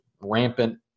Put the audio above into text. rampant